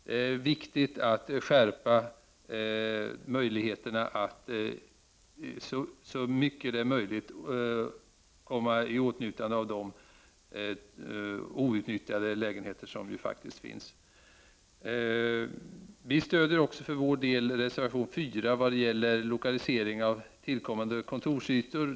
Det är viktigt att så mycket som möjligt skärpa möjligheterna att komma i åtnjutande av de outnyttjade lägenheter som faktiskt finns. Vi stödjer också reservation 4 om lokalisering av tillkommande kontorsytor.